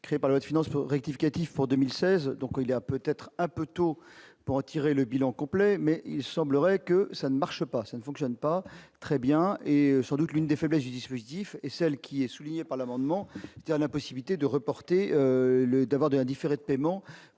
créé par la finance rectificatif pour 2016, donc il y a peut-être un peu tôt pour en tirer le bilan complet, mais il semblerait que ça ne marche pas, ça ne fonctionne pas très bien, et sans doute l'une des faiblesses du dispositif et celle qui est soulignée par l'amendement, a la possibilité de reporter le devoir d'un différé de paiement